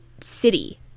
city